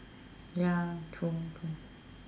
ya true